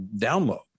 download